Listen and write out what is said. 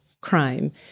crime